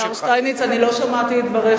השר שטייניץ, אני לא שמעתי את דבריך.